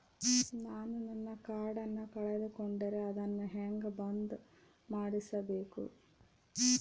ನಾನು ನನ್ನ ಕಾರ್ಡನ್ನ ಕಳೆದುಕೊಂಡರೆ ಅದನ್ನ ಹೆಂಗ ಬಂದ್ ಮಾಡಿಸಬೇಕು?